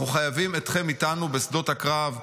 אנחנו חייבים אתכם איתנו בשדות הקרב.